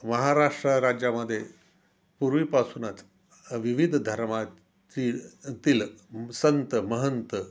महाराष्ट्र राज्यामध्ये पूर्वीपासूनच विविध धर्मातील तील संत महंत